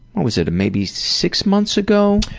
was it, maybe six months ago?